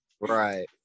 right